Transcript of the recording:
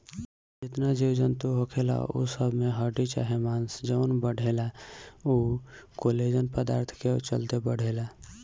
जेतना जीव जनतू होखेला उ सब में हड्डी चाहे मांस जवन बढ़ेला उ कोलेजन पदार्थ के चलते बढ़ेला